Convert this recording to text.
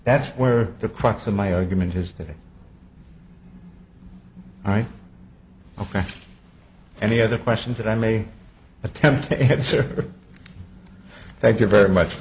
that's where the crux of my argument is that all right ok any other questions that i may attempt to answer thank you very much